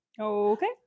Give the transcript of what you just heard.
Okay